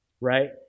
right